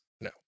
no